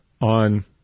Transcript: on